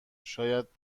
شاید